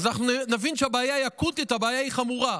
אנחנו נבין שהבעיה היא אקוטית, הבעיה היא חמורה.